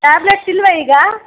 tablets ಇಲ್ಲವಾ ಈಗ